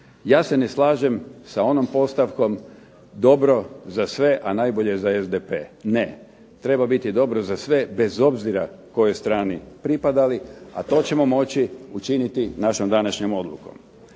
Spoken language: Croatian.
Ja se ne slažem sa onom postavkom dobro za sve, a najbolje za SDP. Ne, treba biti dobro za sve bez obzira kojoj strani pripadali, a to ćemo moći učiniti našom današnjom odlukom.